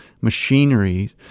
machinery